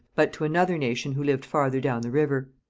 but to another nation who lived farther down the river.